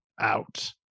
out